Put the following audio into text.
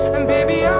and baby,